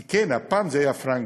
כי כן, הפעם זה היה פרנקלין,